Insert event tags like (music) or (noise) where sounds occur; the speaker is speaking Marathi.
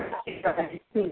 (unintelligible)